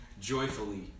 joyfully